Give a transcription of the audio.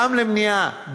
גם למניעה,